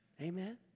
Amen